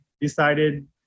decided